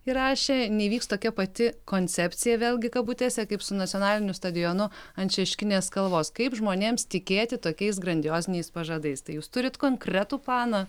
įrašė neįvyks tokia pati koncepcija vėlgi kabutėse kaip su nacionaliniu stadionu ant šeškinės kalvos kaip žmonėms tikėti tokiais grandioziniais pažadais tai jūs turit konkretų planą